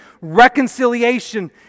reconciliation